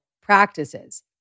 practices